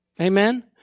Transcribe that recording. Amen